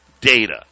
data